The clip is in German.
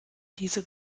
diese